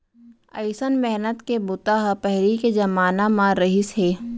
अइसन मेहनत के बूता ह पहिली के जमाना म रहिस हे